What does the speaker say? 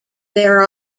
there